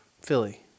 Philly